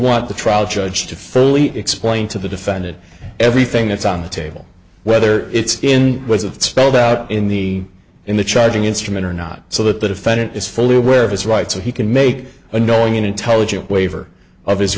want the trial judge to thoroughly explain to the defendant everything that's on the table whether it's in was it spelled out in the in the charging instrument or not so that the defendant is fully aware of his rights so he can make a knowing and intelligent waiver of his